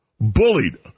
Bullied